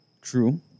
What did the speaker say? True